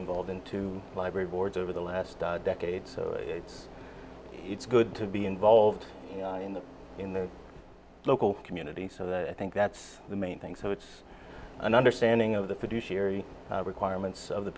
involved in two library boards over the last decade so it's good to be involved in that in the local community so that i think that's the main thing so it's an understanding of the fiduciary requirements of the